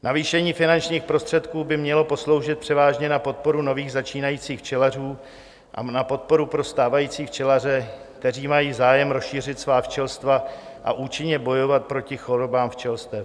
Navýšení finančních prostředků by mělo posloužit převážně na podporu nových začínajících včelařů a na podporu pro stávající včelaře, kteří mají zájem rozšířit svá včelstva a účinně bojovat proti chorobám včelstev.